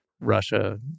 Russia